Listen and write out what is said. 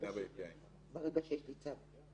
הזיהוי עם מסמך נוסף הנושא תמונה ומספר